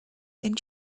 then